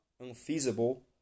unfeasible